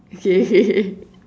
okay